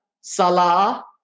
salah